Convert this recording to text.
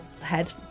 head